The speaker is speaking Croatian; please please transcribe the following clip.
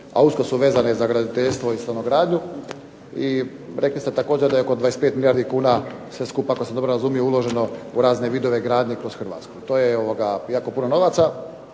a usko su vezane za graditeljstvo i stanogradnju. I rekli ste također da je oko 25 milijardi kuna sve skupa ako sam dobro razumio uloženo u razne vidove gradnje kroz Hrvatsku. To je jako puno novaca.